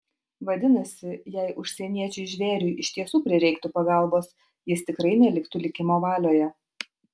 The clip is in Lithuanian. vadinasi jei užsieniečiui žvėriui iš tiesų prireiktų pagalbos jis tikrai neliktų likimo valioje